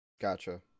Gotcha